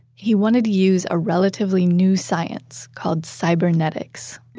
he wanted to use a relatively new science called cybernetics